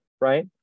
right